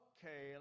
Okay